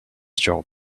job